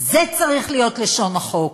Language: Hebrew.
זו צריכה להיות לשון החוק.